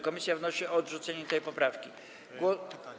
Komisja wnosi o odrzucenie tej poprawki.